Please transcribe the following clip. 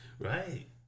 Right